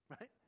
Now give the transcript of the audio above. right